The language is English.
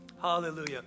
hallelujah